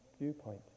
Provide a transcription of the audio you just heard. viewpoint